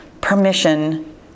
permission